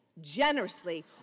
generously